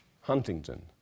Huntington